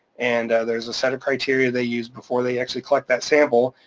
and there's a set of criteria they use before they actually collect that sample,